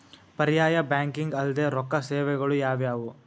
ಪರ್ಯಾಯ ಬ್ಯಾಂಕಿಂಗ್ ಅಲ್ದೇ ರೊಕ್ಕ ಸೇವೆಗಳು ಯಾವ್ಯಾವು?